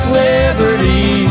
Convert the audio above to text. liberty